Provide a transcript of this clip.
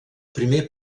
primer